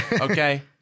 okay